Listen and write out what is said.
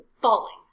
falling